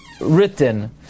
written